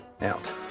out